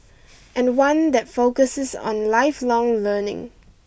and one that focuses on lifelong learning